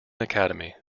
academy